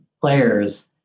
players